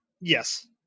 Yes